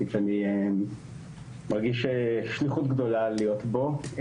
אני מרגיש שליחות גדולה להיות בו.